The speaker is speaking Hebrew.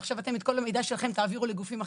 עכשיו אתם את כל המידע שלכם תעבירו לגופים אחרים?